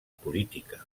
política